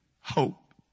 hope